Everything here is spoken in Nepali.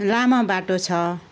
लामा बाटो छ